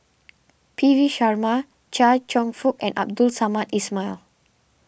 P V Sharma Chia Cheong Fook and Abdul Samad Ismail